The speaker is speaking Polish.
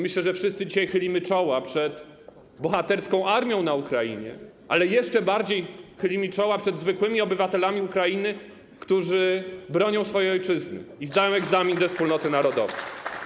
Myślę, że dzisiaj wszyscy chylimy czoła przed bohaterską armią na Ukrainie, ale jeszcze bardziej chylimy czoła przed zwykłymi obywatelami Ukrainy, którzy bronią swojej ojczyzny i zdają egzamin ze wspólnoty narodowej.